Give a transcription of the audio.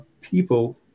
people